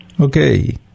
Okay